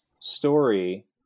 story